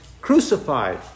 crucified